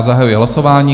Zahajuji hlasování.